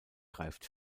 greift